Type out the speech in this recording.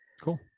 cool